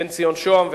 בן-ציון שהם ואחרים.